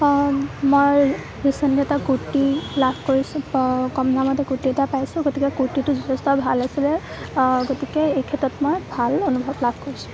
মই ৰিচেণ্টলি এটা কুৰ্টি লাভ কৰিছোঁ কম দামতে কুৰ্তি এটা পাইছোঁ গতিকে কুৰ্তিটো যথেষ্ট ভাল আছিলে গতিকে এইক্ষেত্ৰত মই ভাল অনুভৱ লাভ কৰিছোঁ